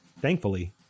Thankfully